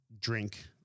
drink